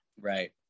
Right